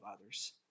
others